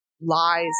lies